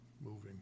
moving